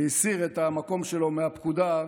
והסיר את המקום שלו מהפקודה.